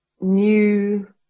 new